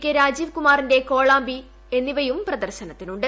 K രാജീവ്കുമാറിന്റെ കോളാമ്പി എന്നിവയും പ്രദർശനത്തിനുണ്ട്